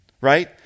right